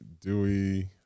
Dewey